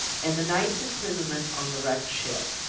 and the night's imprisonment on the wrecked ship!